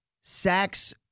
sacks